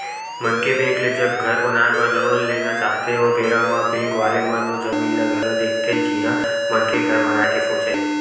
मनखे बेंक ले जब घर बनाए बर लोन लेना चाहथे ओ बेरा म बेंक वाले मन ओ जमीन ल घलो देखथे जिहाँ मनखे घर बनाए के सोचे हे